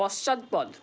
পশ্চাৎপদ